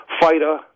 fighter